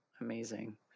amazing